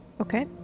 Okay